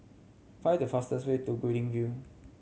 find the fastest way to Guilin View